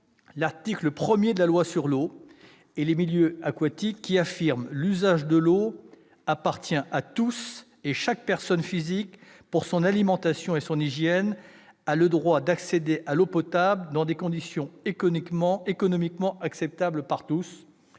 L'article 1 de la loi sur l'eau et les milieux aquatiques affirme par exemple que « l'usage de l'eau appartient à tous et [que] chaque personne physique, pour son alimentation et son hygiène, a le droit d'accéder à l'eau potable dans des conditions économiquement acceptables par tous.